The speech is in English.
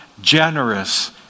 generous